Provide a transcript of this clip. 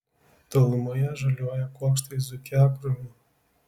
tolumoje žaliuoja kuokštai zuikiakrūmių